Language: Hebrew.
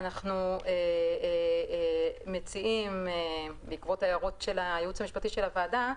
אנחנו מציעים בעקבות ההערות של הייעוץ המשפטי של הוועדה,